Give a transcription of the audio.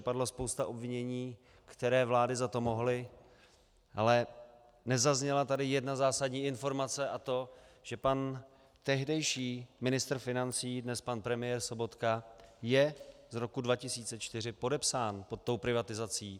Padla spousta obvinění, které vlády za to mohly, ale nezazněla tady jedna zásadní informace, a to, že pan tehdejší ministr financí, dnes pan premiér Sobotka, je z roku 2004 podepsán pod tou privatizací.